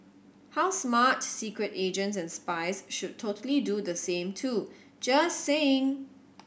how smart secret agents and spies should totally do the same too just saying